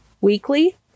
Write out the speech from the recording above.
weekly